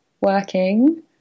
working